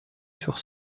sur